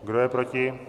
Kdo je proti?